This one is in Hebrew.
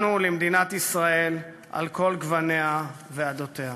לנו ולמדינת ישראל על כל גווניה ועדותיה.